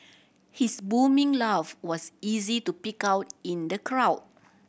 his booming laugh was easy to pick out in the crowd